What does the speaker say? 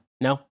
No